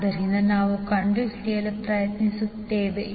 ಆದ್ದರಿಂದ ನಾವು ಕಂಡುಹಿಡಿಯಲು ಪ್ರಯತ್ನಿಸುತ್ತೇವೆ